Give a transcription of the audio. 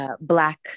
Black